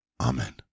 Amen